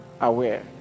aware